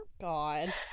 god